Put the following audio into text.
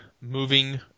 moving